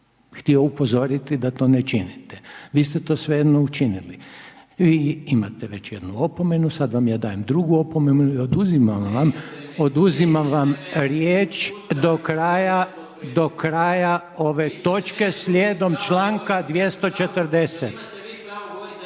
htio upozoriti da to ne činite. Vi ste to svejedno učinili. Vi imate već jednu opomenu, sad vam ja dajem drugu opomenu i oduzimam vam riječ do kraja ove točke slijedom članka 240.